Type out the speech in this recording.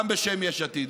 גם בשם יש עתיד.